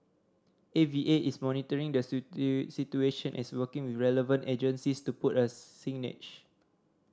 A V A is monitoring the situation as working with relevant agencies to put us signage